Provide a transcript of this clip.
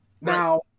Now